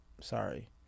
Sorry